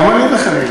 גם אני וחנין.